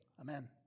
Amen